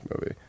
movie